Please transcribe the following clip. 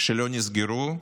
שלא נסגרו,